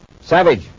Savage